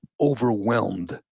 overwhelmed